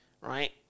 right